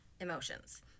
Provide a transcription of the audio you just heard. emotions